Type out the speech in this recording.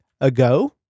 ago